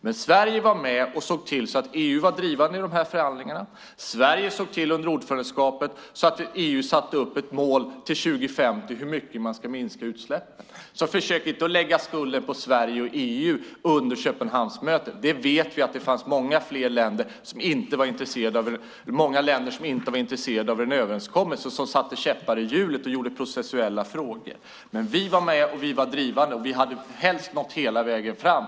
Men Sverige var med och såg till att EU var drivande i de här förhandlingarna. Sverige såg under ordförandeskapet till att EU satte upp målet om hur mycket utsläppen ska minskas till år 2050. Försök alltså inte att lägga skulden på Sverige och EU när det gäller Köpenhamnsmötet! Vi vet att det var många länder som inte var intresserade av en överenskommelse och som satte käppar i hjulet och drev processuella frågor. Vi var med, och vi var drivande. Helst hade vi velat nå hela vägen fram.